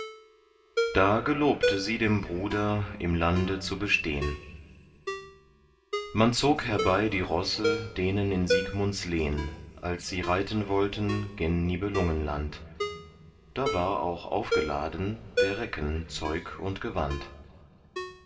da gelobte sie dem bruder im lande zu bestehn man zog herbei die rosse denen in siegmunds lehn als sie reiten wollten gen nibelungenland da war auch aufgeladen der recken zeug und gewand